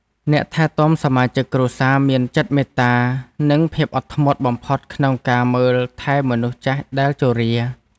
អ្នកថែទាំសមាជិកគ្រួសារមានចិត្តមេត្តា និងភាពអត់ធ្មត់បំផុតក្នុងការមើលថែមនុស្សចាស់ដែលជរា។